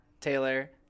Taylor